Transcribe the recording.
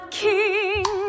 king